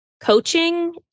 coaching